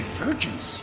virgins